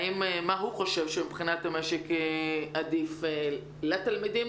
מה הוא חושב שמבחינת המשק עדיף לתלמידים,